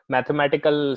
Mathematical